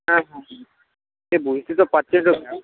হ্যাঁ হ্যাঁ হ্যাঁ সে বুঝতে তো পারছে তো স্যার